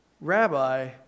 Rabbi